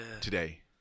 today